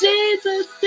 Jesus